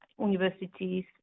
universities